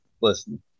listen